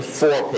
four